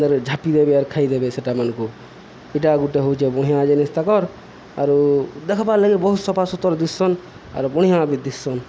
ଛାପି ଦେବେ ଆର୍ ଖାଇଦେବେ ସେଇଟା ମାନଙ୍କୁ ଏଇଟା ଗୁଟେ ହଉଛେ ବଢ଼ିଆଁ ଜିନିଷ୍ ତାକର୍ ଆରୁ ଦେଖବାର୍ ଲାଗି ବହୁତ ସଫା ସୁତୁର୍ ଦିଶୁସନ୍ ଆର୍ ବଢ଼ିଆଁ ବି ଦିଶୁସନ୍